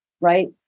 Right